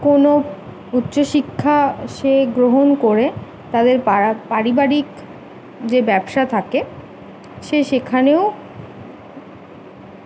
কোনও উচ্চশিক্ষা সে গ্রহণ করে তাদের পারা পারিবারিক যে ব্যবসা থাকে সে সেখানেও